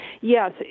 yes